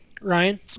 Ryan